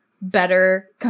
better